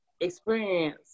experience